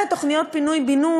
וגם תוכניות פינוי-בינוי,